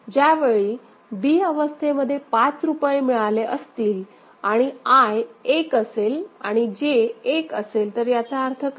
ज्यावेळी b अवस्थेमध्ये 5 रुपये मिळाले असतील आणि I एक असेल आणि J एक असेल तर याचा अर्थ काय